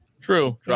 true